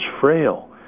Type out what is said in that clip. frail